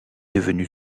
devenue